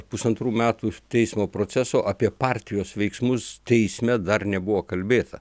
pusantrų metų teismo proceso apie partijos veiksmus teisme dar nebuvo kalbėta